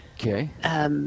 Okay